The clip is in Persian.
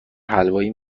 حلوایی